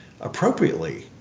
appropriately